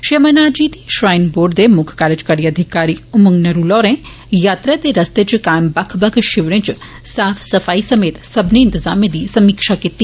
Shri Amarnath ji shrine board दे मुक्ख कार्जकारी अधिकारी उमंग नरूला होरे यात्रा दे रस्ते इच कायम बक्ख बक्ख षिविरे इच साफ सफाई समेत सब्बने इंतजामें दी समीक्षा कीती